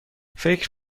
فکر